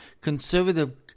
conservative